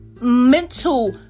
mental